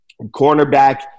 Cornerback